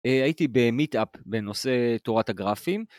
הייתי במיט-אפ בנושא תורת הגרפים.